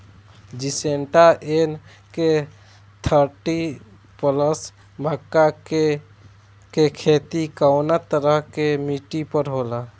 Syngenta NK thirty plus मक्का के के खेती कवना तरह के मिट्टी पर होला?